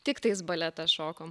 tiktais baletą šokom